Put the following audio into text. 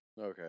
Okay